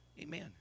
Amen